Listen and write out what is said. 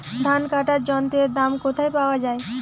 ধান কাটার যন্ত্রের দাম কোথায় পাওয়া যায়?